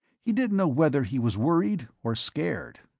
he didn't know whether he was worried or scared.